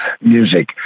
music